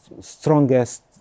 strongest